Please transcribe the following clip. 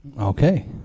Okay